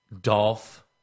Dolph